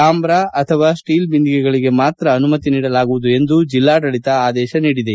ತಾಮ್ರದ ಅಥವಾ ಸ್ಟೀಲ್ ಬಿಂದಿಗೆಗಳಿಗೆ ಮಾತ್ರ ಅನುಮತಿ ನೀಡಲಾಗುವುದು ಎಂದು ಜಿಲ್ನಾಡಳಿತ ಆದೇಶಿಸಿದೆ